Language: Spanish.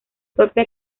propia